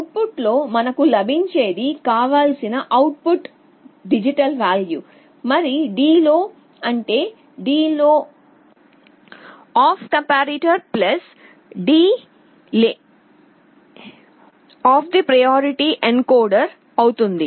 అవుట్పుట్లో మనకు లభించేది కావలసిన అవుట్పుట్ డిజిటల్ వాల్యూ మరియు డిలే అంటే delay of comparator plus delay of the priority encoder అవుతుంది